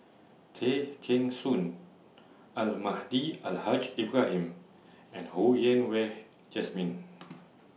Tay Kheng Soon Almahdi Al Haj Ibrahim and Ho Yen Wah Jesmine